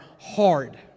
hard